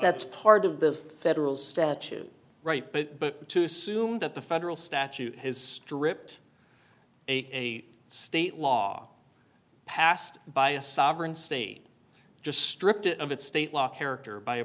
that's part of the federal statute right but to assume that the federal statute has stripped a state law passed by a sovereign state just stripped it of its state law character by